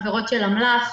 עבירות של אמל"ח,